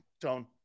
Tone